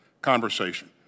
conversation